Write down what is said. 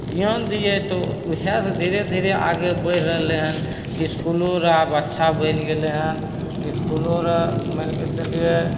धिआन दिए तऽ ओहए से धीरे धीरे आगे बढ़ि रहलै हन इसकूलो रऽ अब अच्छा बनि गेलै हन इसकूलो रऽ मानिके चलिऐ